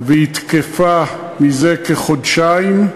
והיא תקפה זה כחודשיים.